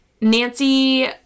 Nancy